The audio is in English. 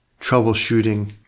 troubleshooting